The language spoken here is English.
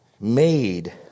made